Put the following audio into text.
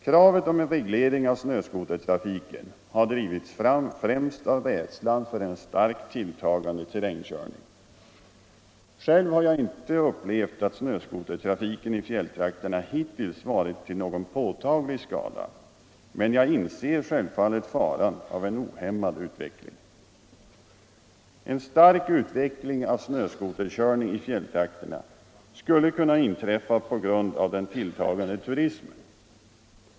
Kravet om en reglering av snöskotertrafiken har drivits fram främst av rädslan för en starkt tilltagande terrängkörning. Själv har jag inte upplevt att snöskotertrafiken i fjälltrakterna hittills varit till någon påtaglig skada, men jag inser självfallet faran av en ohämmad utveckling. En stark utveckling av snöskoterkörning i fjälltrakterna skulle kunna inträffa på grund av den tilltagande turismen.